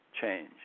change